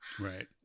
Right